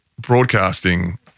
broadcasting